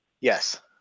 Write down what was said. Yes